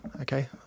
okay